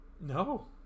No